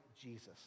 Jesus